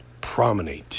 promenade